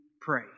pray